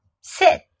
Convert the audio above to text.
sit